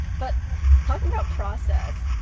but talking about process,